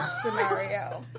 scenario